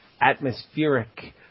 atmospheric